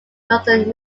northern